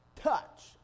touch